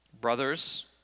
Brothers